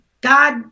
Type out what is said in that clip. God